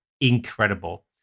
incredible